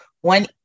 One